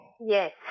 Yes